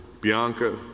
Bianca